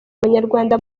abanyarwanda